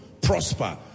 prosper